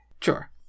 Sure